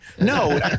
No